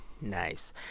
Nice